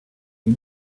you